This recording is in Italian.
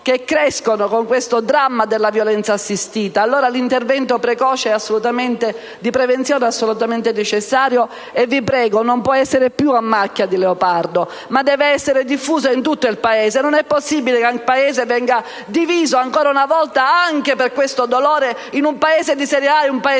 e crescono con il dramma della violenza assistita. L'intervento di prevenzione è perciò assolutamente necessario e non può essere più a macchia di leopardo, ma deve essere diffuso in tutto il Paese. Non è possibile che il Paese venga diviso ancora una volta anche per questo dolore in un Paese di serie A e in un Paese